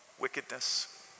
wickedness